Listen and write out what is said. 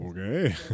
Okay